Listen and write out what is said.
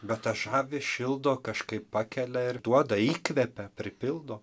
bet tas žavi šildo kažkaip pakelia ir duoda įkvepia pripildo